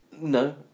No